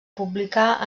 publicar